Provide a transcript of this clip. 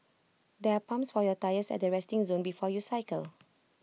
there are pumps for your tyres at the resting zone before you cycle